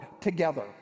together